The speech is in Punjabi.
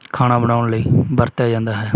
ਖਾਣਾ ਬਣਾਉਣ ਲਈ ਵਰਤਿਆ ਜਾਂਦਾ ਹੈ